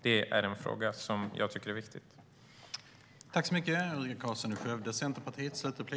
Det är en viktig fråga.